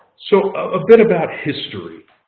so a bit about history.